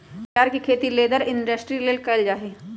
घरियार के खेती लेदर इंडस्ट्री लेल कएल जाइ छइ